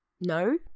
no